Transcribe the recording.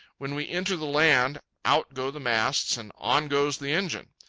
when we enter the land, out go the masts and on goes the engine.